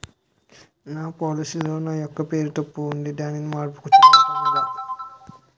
నా పోలసీ లో నా యెక్క పేరు తప్పు ఉంది దానిని మార్చు కోవటం ఎలా?